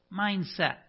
mindset